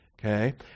okay